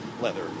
leather